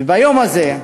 וביום הזה,